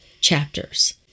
chapters